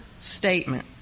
statement